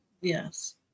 yes